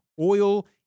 Oil